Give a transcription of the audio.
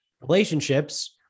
relationships